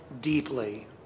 deeply